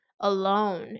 alone